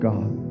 God